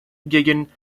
gegen